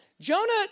Jonah